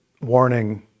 warning